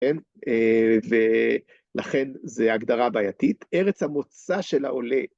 כן, ולכן זה הגדרה בעייתית, ארץ המוצא של העולה.